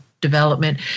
development